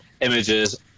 images